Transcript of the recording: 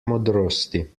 modrosti